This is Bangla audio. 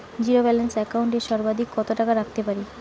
জীরো ব্যালান্স একাউন্ট এ সর্বাধিক কত টাকা রাখতে পারি?